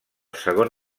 segon